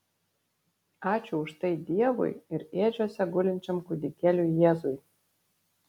ačiū už tai dievui ir ėdžiose gulinčiam kūdikėliui jėzui